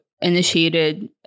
initiated